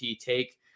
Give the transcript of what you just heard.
take